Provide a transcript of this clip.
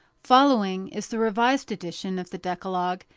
following is the revised edition of the decalogue,